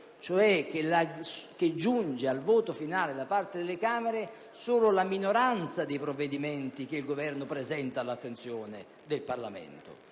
dire che giunge al voto finale delle Camere solo una minoranza dei provvedimenti che il Governo presenta all'attenzione del Parlamento.